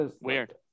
Weird